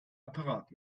apparat